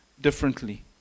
differently